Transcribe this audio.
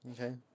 Okay